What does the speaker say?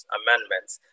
amendments